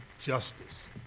justice